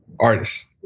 artist